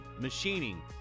machining